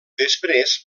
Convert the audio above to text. després